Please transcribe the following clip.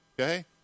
okay